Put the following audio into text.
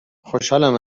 خوشحالم